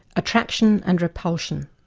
attraction and repulsion,